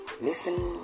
listen